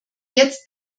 jetzt